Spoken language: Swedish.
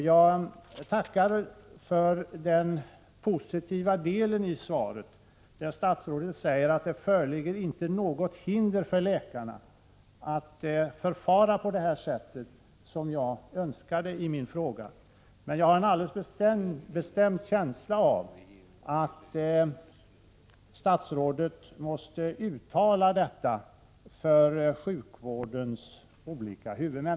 Jag tackar för den positiva delen i svaret, där statsrådet säger att det inte föreligger något hinder för läkarna att förfara på det sätt som jag önskar. Men jag har en alldeles bestämd känsla av att statsrådet måste göra detta uttalande för sjukvårdens olika huvudmän.